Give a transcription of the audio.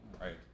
right